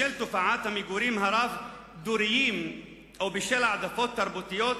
הן בשל תופעת המגורים הרב-דוריים ובשל העדפות תרבותיות,